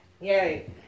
Yay